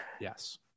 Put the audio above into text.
Yes